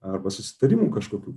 arba susitarimų kažkokių